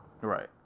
Right